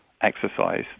exercise